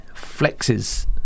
flexes